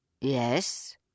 Yes